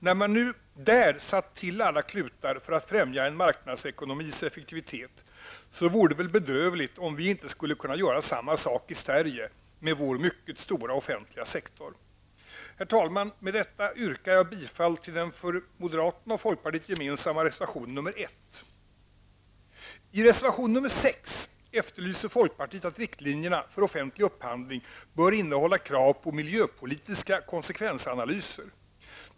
När man nu där satt till alla klutar för att främja en marknadsekonomis effektivitet, så vore det väl bedrövligt om vi inte skulle kunna göra samma sak i Sverige, med vår mycket stora offentliga sektor. Herr talman! Med detta yrkar jag bifall till den för moderaterna och folkpartiet gemensamma reservationen nr 1. I reservation 6 efterlyser folkpartiet att riktlinjerna för offentlig upphandling skall innehålla krav på miljöpolitiska konsekvensanalyser.